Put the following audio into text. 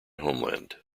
homeland